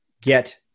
get